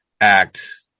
Act